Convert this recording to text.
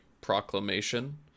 proclamation